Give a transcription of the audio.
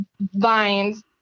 vines